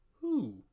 Who